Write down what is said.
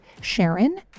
Sharon